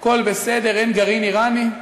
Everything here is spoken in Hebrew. הכול בסדר, אין גרעין איראני.